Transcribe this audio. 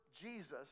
Jesus